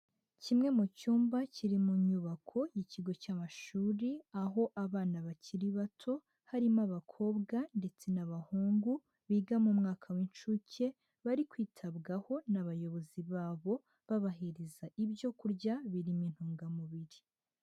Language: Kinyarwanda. Kimwe mu cyumba kiri mu nyubako y'ikigo cy'amashuri, aho abana bakiri bato harimo abakobwa ndetse n'abahungu biga mu mwaka w'inshuke bari kwitabwaho n'abayobozi babo babahereza ibyo kurya birimo intungamubiri.